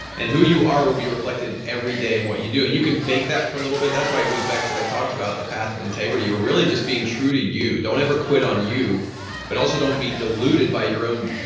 and who you are will be reflected every day in what you do and you can fake that for a little bit, that's why it goes back to what i talked about the path of integrity, you're really just being true to you. don't ever quit on you but also don't be deluded by your own